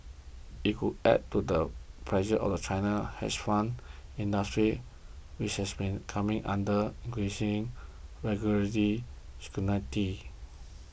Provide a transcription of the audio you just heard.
it would add to the pressure on China's hedge fund industry which has also been coming under increasing regulatory scrutiny